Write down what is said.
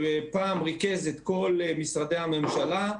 שפעם ריכזה את כל משרדי הממשלה,